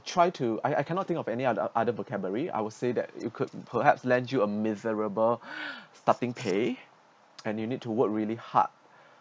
try to I I cannot think of any other other vocabulary I would say that it could perhaps lend you a miserable starting pay and you need to work really hard